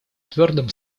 твердым